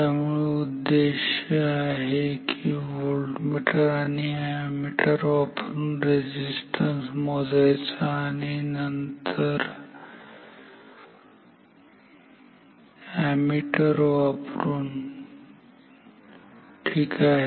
त्यामुळे उद्देश्य आहे की व्होल्टमीटर आणि अॅमीटर वापरून रेझिस्टन्स मोजायचा आणि नंतर अॅमीटर वापरून ठीक आहे